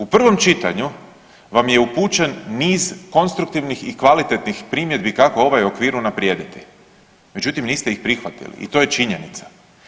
U prvom čitanju vam je upućen niz konstruktivnih i kvalitetnih primjedbi kako ovaj okvir unaprijediti, međutim niste ih prihvatili i to je činjenica.